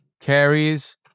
carries